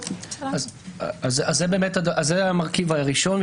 זה המרכיב הראשון.